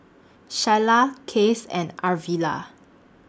Shyla Case and Arvilla